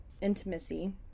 intimacy